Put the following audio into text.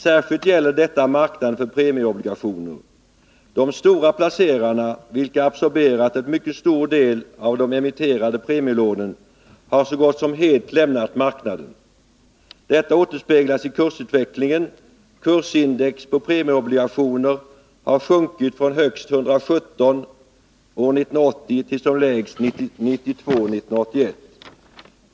Särskilt gäller detta marknaden för premieobligationer. De stora placerarna, vilka absorberat en mycket stor del av de emitterade premielånen, har så gott som helt lämnat marknaden. Detta återspeglas i kursutvecklingen. Kursindex på premieobligationerna ———- sjönk från högst 117 år 1980 till som lägst 92 1981.